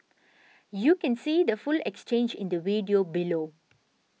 you can see the full exchange in the video below